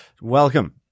welcome